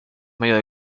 medios